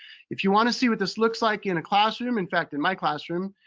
if you wanna see what this looks like in a classroom, in fact, in my classroom,